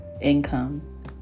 income